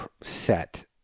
set